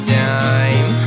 time